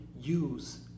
use